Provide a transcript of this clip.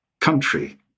country